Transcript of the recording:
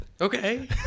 Okay